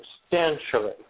substantially